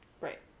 Right